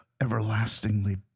everlastingly